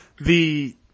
The-